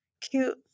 cute